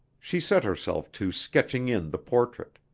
she set herself to sketching-in the portrait.